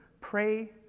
pray